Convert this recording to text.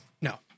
No